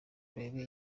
urebe